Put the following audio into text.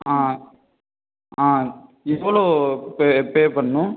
ஆ ஆ எவ்வளோ pay pay பண்ணணும்